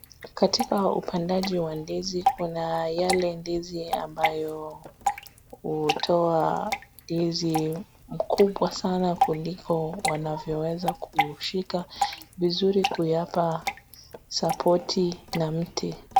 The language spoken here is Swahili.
Katika upandaji wa ndizi kuna yale ndizi ambayo hutoa ndizi mkubwa sana kuliko wanavyoweza kishika vizuri kuyapa supporti na mti.